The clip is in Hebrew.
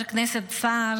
--- חברת הכנסת לזימי.